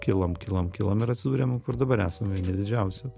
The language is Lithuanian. kilom kilom kilom ir atsidurėm kur dabar esame vieni didžiausių